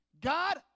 God